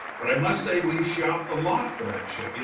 but i must say we shopped a lot for that show. yeah